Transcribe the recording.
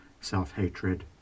self-hatred